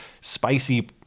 spicy